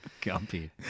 Gumpy